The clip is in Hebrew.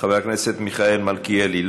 חבר הכנסת מיכאל מלכיאלי,